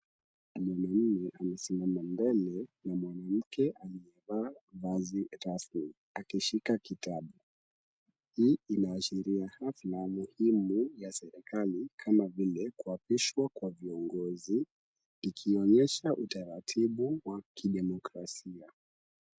Mwanaume amesimama mbele ya mwanamke aliyevaa vazi rasmi akishika kitabu. Hii inaashiria hafla muhimu ya serikali kama vile kuapishwa kwa viongozi ikionyesha utaratibu wa kidemokrasia.